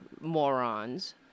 morons